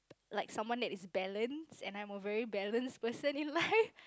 like someone that is balanced and I am a very balanced person in life